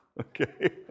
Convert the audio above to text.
Okay